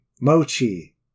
Mochi